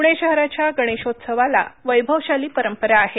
प्णे शहराच्या गणेशोत्सवाला वैभवशाली परंपरा आहे